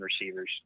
receivers